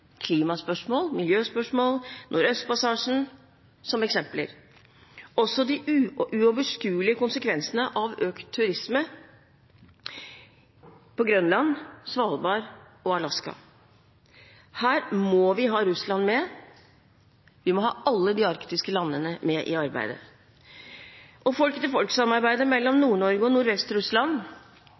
klimaspørsmål, miljøspørsmål og Nordøstpassasjen som eksempler, og også de uoverskuelige konsekvensene av økt turisme på Grønland, på Svalbard og i Alaska. Her må vi ha Russland med, vi må ha alle de arktiske landene med i arbeidet. Folk-til-folk-samarbeidet mellom Nord-Norge og Nordvest-Russland og samvirket om forvaltning av fiskeriressurser og